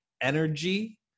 energy